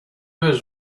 his